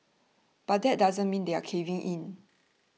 but that doesn't mean they're caving in